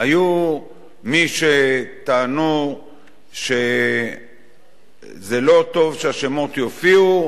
היו מי שטענו שלא טוב שהשמות יופיעו,